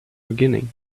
beginning